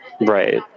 right